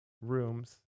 rooms